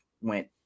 went